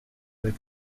avec